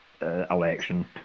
election